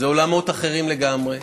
אלה עולמות אחרים לגמרי.